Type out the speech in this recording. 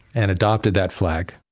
and adopted that flag